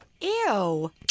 Ew